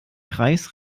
kreis